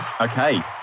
Okay